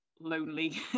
lonely